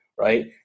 Right